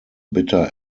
bitter